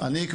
אני